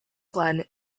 glen